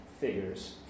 figures